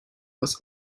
was